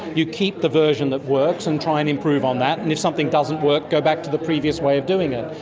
you keep the version that works and try and improve on that, and if something doesn't work go back to the previous way of doing it.